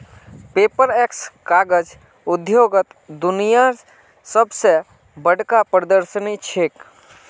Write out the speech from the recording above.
Paperex कागज उद्योगत दुनियार सब स बढ़का प्रदर्शनी छिके